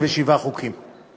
הצעת חוק לתיקון פקודת המלט (משקלם של שקי מלט).